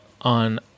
on